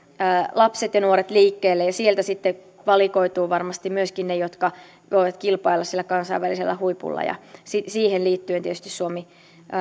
lapset ja nuoret liikkeelle parhaalla tavalla tukee myöskin sitä sieltä sitten valikoituvat varmasti myöskin he jotka voivat kilpailla siellä kansainvälisellä huipulla siihen liittyen